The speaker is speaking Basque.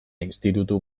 institutu